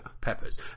Peppers